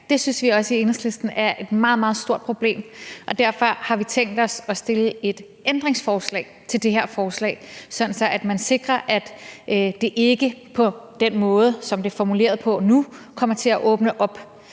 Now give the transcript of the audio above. Det synes vi også i Enhedslisten er et meget, meget stort problem, og derfor har vi tænkt os at stille et ændringsforslag til det her forslag, sådan at man sikrer, at det ikke på den måde, som det er formuleret på nu, kommer til at åbne op